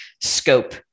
scope